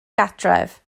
gartref